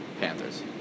Panthers